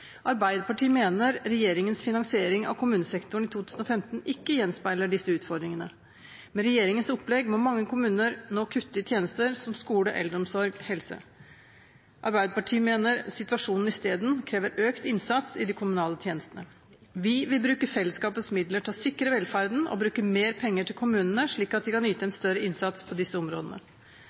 Arbeiderpartiet mener at regjeringens finansiering av kommunesektoren for 2015 ikke gjenspeiler disse utfordringene. Med regjeringens opplegg må mange kommuner nå kutte i tjenester som skole, eldreomsorg og helse. Arbeiderpartiet mener situasjonen i stedet krever økt innsats i de kommunale tjenestene. Vi vil bruke fellesskapets midler til å sikre velferden og bruke mer penger til kommunene, slik at de kan yte en større innsats på disse områdene.